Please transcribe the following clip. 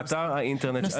באתר האינטרנט?